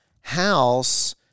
house